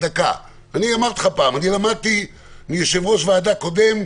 למדתי מיושב-ראש ועדה קודם,